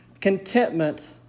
contentment